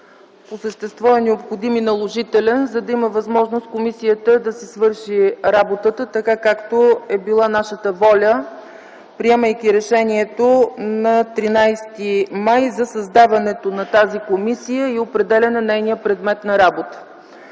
по същество е необходим и наложителен, за да има възможност комисията да си свърши работата, така както е била нашата воля, приемайки решението на 13 май 2010 г. за създаването на тази комисия и определяне нейния предмет на работа.